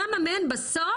כמה מהן בסוף,